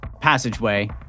passageway